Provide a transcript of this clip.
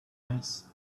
eyes